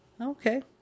Okay